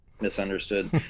misunderstood